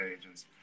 agents